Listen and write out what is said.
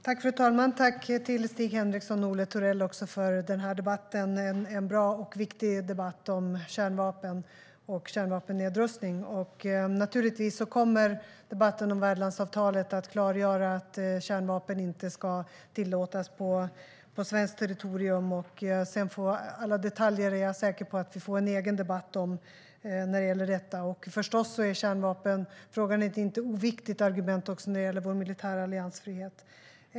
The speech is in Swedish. Herr talman! Tack, Stig Henriksson och Olle Thorell, för den här debatten! Det är en bra och viktig debatt om kärnvapen och kärnvapennedrustning. Naturligtvis kommer debatten om värdlandsavtalet att klargöra att kärnvapen inte ska tillåtas på svenskt territorium. Jag är säker på att vi får en egen debatt om alla detaljer. Kärnvapenfrågan är ett inte oviktigt argument när det gäller vår militära alliansfrihet.